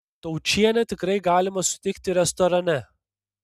taučienę tikrai galima sutikti restorane